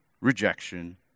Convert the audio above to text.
rejection